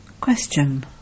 Question